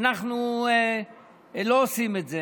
אנחנו לא עושים את זה.